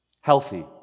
healthy